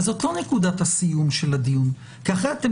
אבל זו לא נקודת הסיום של הדיון כי אחרת אתם